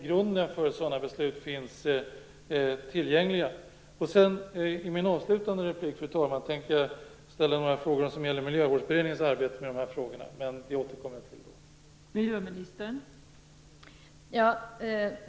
Fru talman! I min avslutande replik tänker jag ställa några frågor som gäller Miljövårdsberedningens arbete på det här området. Jag återkommer till det då.